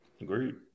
Agreed